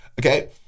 Okay